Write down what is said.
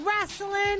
Wrestling